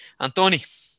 Antoni